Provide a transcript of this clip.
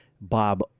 Bob